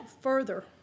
further